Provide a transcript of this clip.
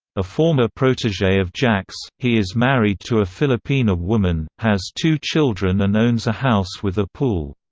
a former protege of jack's, he is married to a filipina woman, has two children and owns a house with a pool.